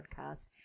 podcast